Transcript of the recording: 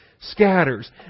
scatters